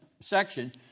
section